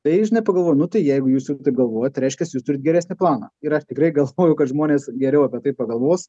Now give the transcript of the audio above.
tai žinai pagalvojau nu tai jeigu jūs jau taip galvojat tai reiškias jūs turit geresnį planą ir aš tikrai galvojau kad žmonės geriau apie tai pagalvos